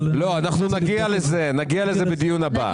אבל --- אנחנו נגיע לזה בדיון הבא.